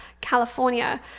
California